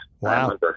Wow